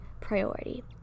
priority